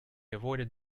avoided